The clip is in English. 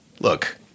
Look